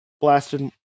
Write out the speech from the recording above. blasted